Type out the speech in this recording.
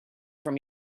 from